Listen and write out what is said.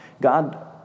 God